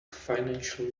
financial